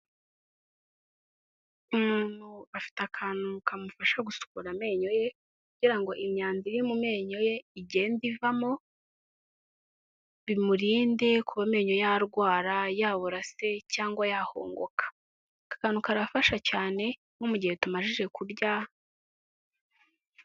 Umuntu afite akantu kamufasha gusukura amenyo ye kugirango imyanda iri mu menyo ye igenda ivamo, bimurinde kuba amenyo yarwara yabora se, cyangwa yahongoka akakantu karafasha cyane nko mu gihe tumazejije kurya.